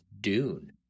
Dune